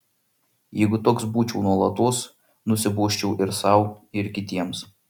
jeigu toks būčiau nuolatos nusibosčiau ir sau ir kitiems